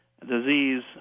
disease